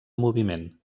moviment